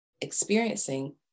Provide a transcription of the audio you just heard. experiencing